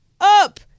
up